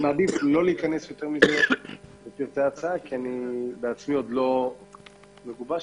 אני מעדיף לא להיכנס לפרטים כי בעצמי אינני מגובש